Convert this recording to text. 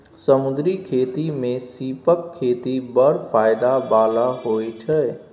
समुद्री खेती मे सीपक खेती बड़ फाएदा बला होइ छै